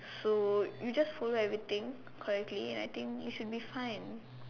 so you just follow everything correctly and I think you should be fine